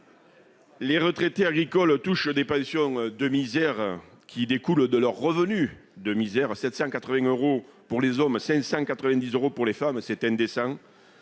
Les retraités agricoles touchent des pensions de misère qui découlent de leurs revenus de misère : 780 euros pour les hommes, 590 euros pour les femmes. C'est indécent